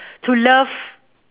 to love